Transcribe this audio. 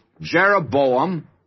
Jeroboam